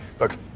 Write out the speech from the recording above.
Look